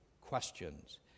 questions